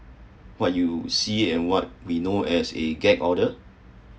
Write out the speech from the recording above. what you see and what we know as a get order